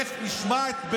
איך נשמע את הגב'